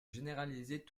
généraliser